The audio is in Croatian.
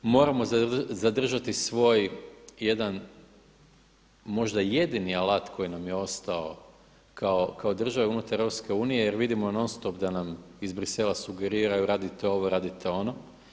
Moramo zadržati svoj, jedan, možda jedini alat koji nam je ostao kao države unutar EU jer vidimo non stop da nam iz Brisela sugeriraju radite ovo, radite ono.